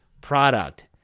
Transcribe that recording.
product